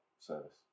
service